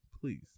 Please